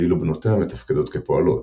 ואילו בנותיה מתפקדות כפועלות,